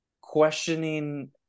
questioning